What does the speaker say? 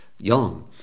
young